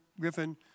Griffin